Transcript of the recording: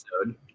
Episode